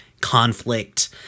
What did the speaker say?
conflict